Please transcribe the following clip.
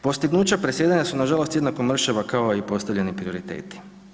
Postignuća predsjedanja su nažalost jednako mršava kao i postavljeni prioriteti.